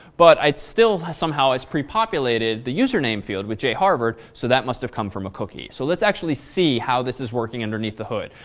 but i'd still somehow has pre-populated the username field with jharvard, so that must have come from a cookie. so let's actually see how this is working underneath the hood.